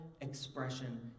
expression